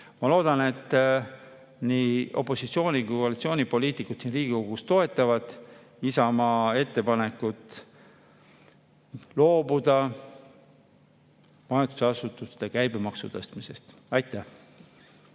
ma loodan, et nii opositsiooni‑ kui ka koalitsioonipoliitikud siin Riigikogus toetavad Isamaa ettepanekut loobuda majutusasutuste käibemaksu tõstmisest. Aitäh!